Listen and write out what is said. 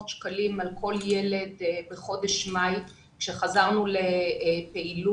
600 שקלים על כל ילד בחודש מאי עת חזרנו לפעילות